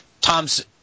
Tom's